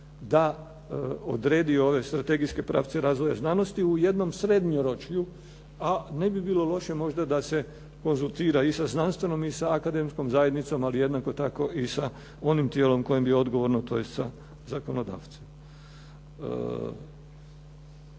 da odredi ove strategijske pravce razvoja znanosti u jednom srednjeročju, a ne bi bilo loše možda da se konzultira i sa znanstvenom i sa akademskom zajednicom, ali jednako tako i sa onim tijelom kojem bi odgovorno, tj. sa zakonodavcem.